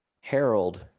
Harold